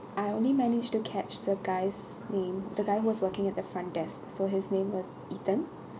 I only managed to catch the guy's name the guy was working at the front desk so his name was ethan